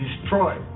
destroy